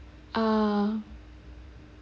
uh